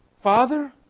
Father